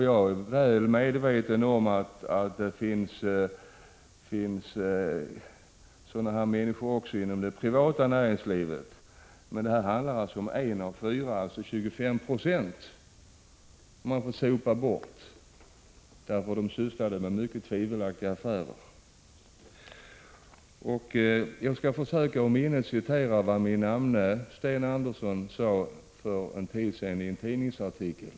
Jag är väl medveten om att det finns sådana människor också inom det privata näringslivet. Men detta handlar alltså om en av fyra — 25 96 — som man har fått sopa bort därför att han sysslade med mycket tvivelaktiga affärer. Jag skall försöka att ur minnet citera vad min namne Sten Andersson sade för en tid sedan i en tidningsartikel.